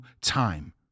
time